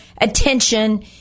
attention